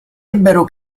ebbero